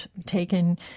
taken